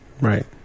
Right